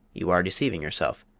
you are deceiving yourself.